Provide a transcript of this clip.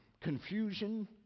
confusion